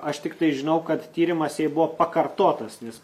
aš tiktai žinau kad tyrimas jai buvo pakartotas nes